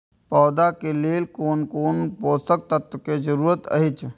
पौधा के लेल कोन कोन पोषक तत्व के जरूरत अइछ?